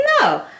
no